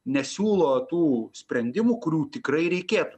nesiūlo tų sprendimų kurių tikrai reikėtų